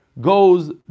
goes